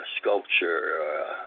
sculpture